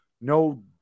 no